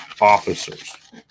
officers